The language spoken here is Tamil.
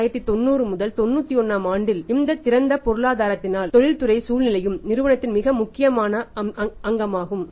1990 1991 ஆம் ஆண்டில் இந்த திறந்த பொருளாதாரத்தினால் தொழில்துறை சூழ்நிலையும் நிறுவனத்தின் மிக முக்கியமான முக்கியமான அங்கமாகும்